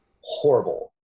horrible